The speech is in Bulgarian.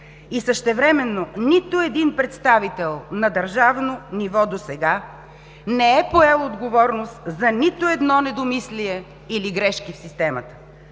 И същевременно нито един представител на държавно ниво досега не е поел отговорност за нито едно недомислие или грешки в системата.